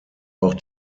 auch